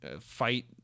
fight